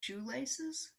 shoelaces